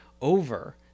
over